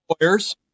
lawyers